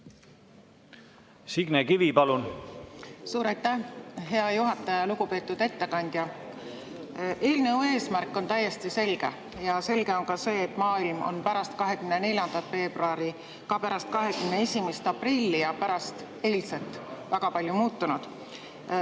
Signe Kivi, palun!